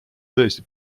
tõesti